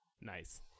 Nice